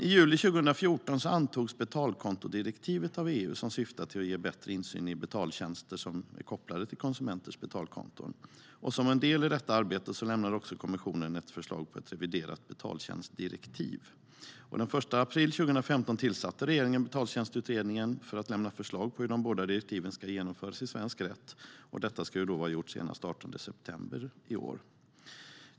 I juli 2014 antog EU betalkontodirektivet, som syftar till att ge bättre insyn i betaltjänster som är kopplade till konsumenters betalkonton. Som en del i detta arbete lämnade kommissionen ett förslag på ett reviderat betaltjänstdirektiv. Den 1 april 2015 tillsatte regeringen Betaltjänstutredningen för att lämna förslag på hur de båda direktiven ska genomföras i svensk rätt. Detta ska vara gjort senast den 18 september i år.